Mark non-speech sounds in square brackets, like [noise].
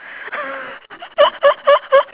[laughs]